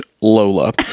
Lola